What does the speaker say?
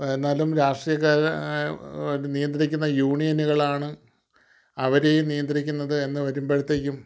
എന്നാലും രാഷ്ട്രീയക്കാർ നിയന്ത്രിക്കുന്ന യൂണിയനുകളാണ് അവരെയും നിയന്ത്രിക്കുന്നത് എന്ന് വരുമ്പോഴത്തേക്കും